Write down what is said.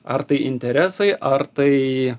ar tai interesai ar tai